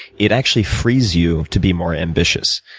it actually frees you to be more ambitious.